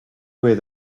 where